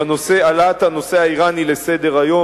בנושא העלאת הנושא האירני לסדר-היום,